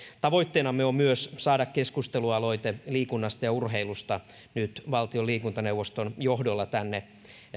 tavoitteenamme on myös saada keskustelualoite liikunnasta ja urheilusta nyt valtion liikuntaneuvoston johdolla tänne